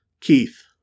Keith